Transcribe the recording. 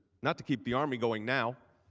not to keep the army going now.